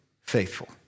faithful